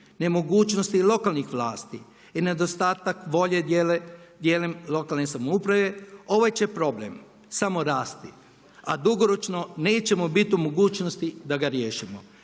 nemogućnosti lokalnih vlasti i nedostatak volje dijelom lokalne samouprave ovaj će problem samo rasti a dugoročno nećemo biti u mogućnosti da ga riješimo